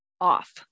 off